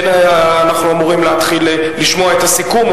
אנחנו אמורים להתחיל לשמוע את הסיכום,